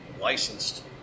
licensed